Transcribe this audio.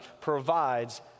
provides